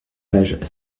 page